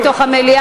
תודה.